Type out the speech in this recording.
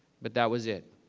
but that was it.